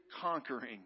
conquering